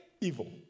evil